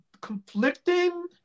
conflicting